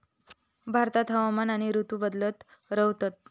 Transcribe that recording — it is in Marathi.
भारतात हवामान आणि ऋतू बदलत रव्हतत